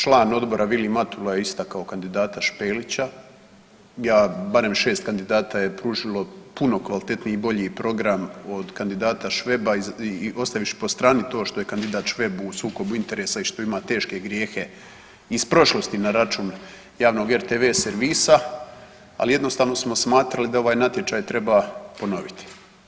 Član odbora Vilim Matula je istakao kandidata Špelića, ja barem 6 kandidata je pružilo puno kvalitetniji i bolji program od kandidata Šveba i ostaviš po strani to što je kandidat Šveb u sukobu interesa i što ima teške grijehe iz prošlosti na račun javnog RTV servisa, al jednostavno smo smatrali da ovaj natječaj treba ponoviti.